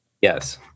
Yes